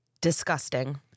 Disgusting